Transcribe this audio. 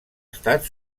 estat